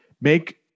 Make